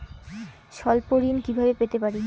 স্বল্প ঋণ কিভাবে পেতে পারি?